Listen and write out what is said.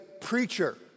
preacher